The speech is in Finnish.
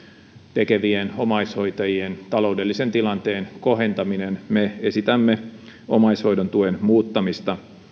tekevien omaishoitajien taloudellisen tilanteen kohentaminen me esitämme omaishoidon tuen muuttamista